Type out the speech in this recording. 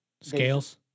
Scales